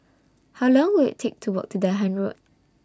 How Long Will IT Take to Walk to Dahan Road